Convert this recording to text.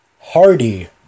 Hardy